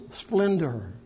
splendor